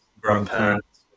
grandparents